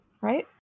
right